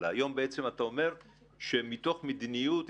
היום בעצם אתה אומר שמתוך מדיניות,